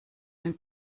den